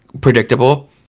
predictable